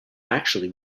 actually